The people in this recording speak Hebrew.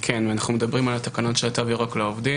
שאנחנו נקיים בקרוב דיון מעקב שני עם ועדת הכלכלה,